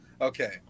Okay